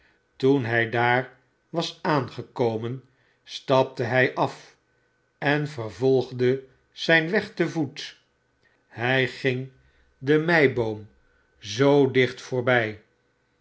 toen hij daar was aangekomen stapte hij af en vervolgde zijn weg te voet hij ging de meiboom zoo dicht voorbij